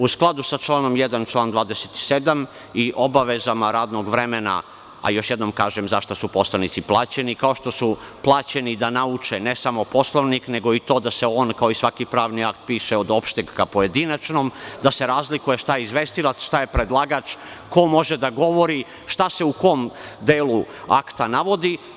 U skladu sa članom 1. član 27. i obavezama radnog vremena, a još jednom kažem zašto su poslanici plaćeni, kao što su plaćeni da nauče ne samo Poslovnik, nego i to da se i on kao i svaki pravni akt piše od opšteg ka pojedinačnom, da se razlikuje šta je izvestilac, šta je predlagač, ko može da govori, šta se u kom delu akta navodi.